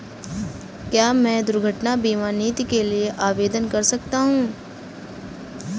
क्या मैं दुर्घटना बीमा नीति के लिए आवेदन कर सकता हूँ?